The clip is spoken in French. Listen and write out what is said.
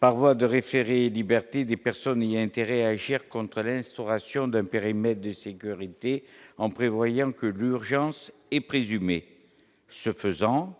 par voie de référé liberté des personnes, il y a intérêt à agir contre l'instauration d'un périmètre de sécurité, en prévoyant que l'urgence est présumé, ce faisant,